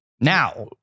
now